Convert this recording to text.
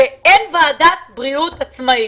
שאין ועדת בריאות עצמאית.